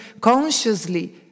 consciously